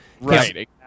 right